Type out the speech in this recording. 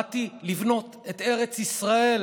באתי לבנות את ארץ ישראל,